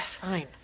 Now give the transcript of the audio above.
Fine